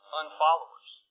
unfollowers